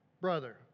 brother